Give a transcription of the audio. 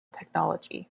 technology